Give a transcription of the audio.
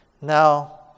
Now